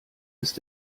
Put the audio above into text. ist